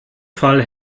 fall